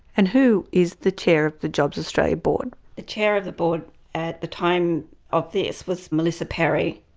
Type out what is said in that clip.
and who is the chair of the jobs australia board? the chair of the board at the time of this was melissa perry.